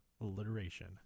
alliteration